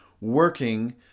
working